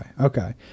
okay